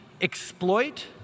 exploit